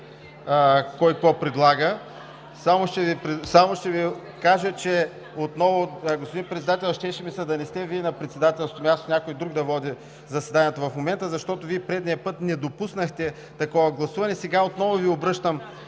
какво предлага. Само ще Ви кажа, че отново, господин Председател, щеше ми се да не сте Вие на председателското място, някой друг да води заседанието в момента, защото Вие предния път не допуснахте такова гласуване. Сега отново Ви обръщам